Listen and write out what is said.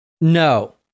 No